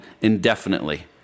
indefinitely